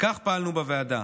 וכך פעלנו בוועדה.